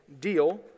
deal